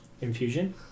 infusion